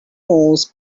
moss